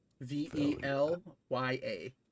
V-E-L-Y-A